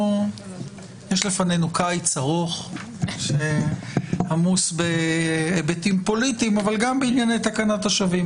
יש לפנינו קיץ ארוך שעמוס בהיבטים פוליטיים אבל גם בענייני תקנת השבים,